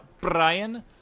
Brian